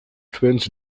twins